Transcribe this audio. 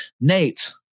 Nate